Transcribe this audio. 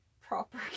proper